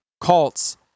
cults